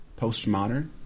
postmodern